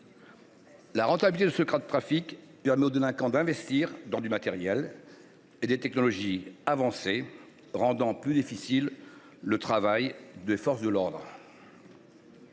La rentabilité des trafics permet aux délinquants d’investir dans du matériel et des technologies avancées, ce qui rend d’autant plus difficile le travail des forces de l’ordre.